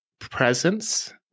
presence